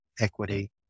equity